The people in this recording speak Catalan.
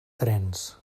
trens